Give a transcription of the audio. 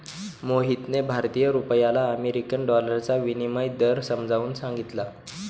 मोहितने भारतीय रुपयाला अमेरिकन डॉलरचा विनिमय दर समजावून सांगितला